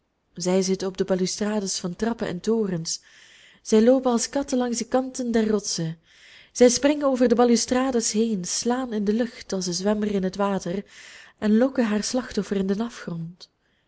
zij zitten op de balustrades van trappen en torens zij loopen als katten langs de kanten der rotsen zij springen over de balustrades heen slaan in de lucht als de zwemmer in het water en lokken haar slachtoffer in den afgrond